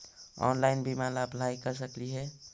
Online बीमा ला apply कर सकली हे?